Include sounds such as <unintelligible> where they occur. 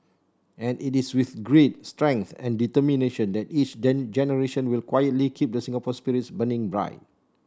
and it is with grit strength and determination that each <unintelligible> generation will quietly keep the Singapore spirit burning right